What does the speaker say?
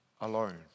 alone